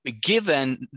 Given